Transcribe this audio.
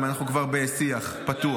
אם אנחנו כבר בשיח פתוח.